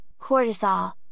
cortisol